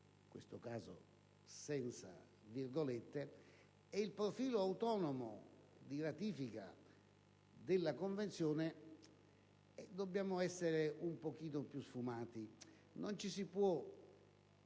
(in questo caso senza virgolette) e il profilo autonomo di ratifica della Convenzione, dobbiamo essere un pochino più sfumati. Non ci si può